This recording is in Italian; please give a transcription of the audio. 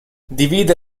divide